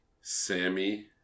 Sammy